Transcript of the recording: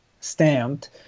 stamped